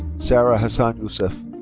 sara hasan yousef.